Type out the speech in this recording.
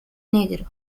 negro